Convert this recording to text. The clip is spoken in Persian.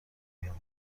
بیام